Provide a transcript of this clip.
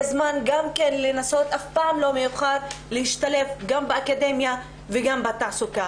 אף פעם לא מאוחר להשתלב גם באקדמיה וגם בתעסוקה.